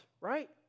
Right